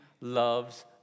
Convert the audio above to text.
loves